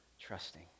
trusting